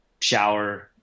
shower